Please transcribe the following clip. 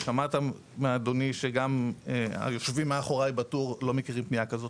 ושמעת מאדוני שגם היושבים מאחוריי בטור לא מכירים פנייה כזאת.